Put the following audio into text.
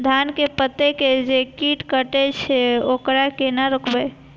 धान के पत्ता के जे कीट कटे छे वकरा केना रोकबे?